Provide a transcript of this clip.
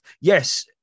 Yes